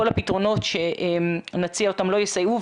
כל הפתרונות שנציע לא יסייעו.